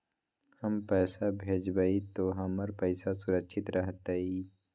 हम पैसा भेजबई तो हमर पैसा सुरक्षित रहतई?